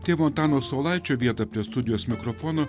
tėvo antano saulaičio vietą prie studijos mikrofono